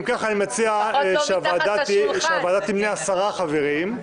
אם כך, אני מציע שהוועדה תמנה עשרה חברים.